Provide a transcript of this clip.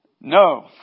No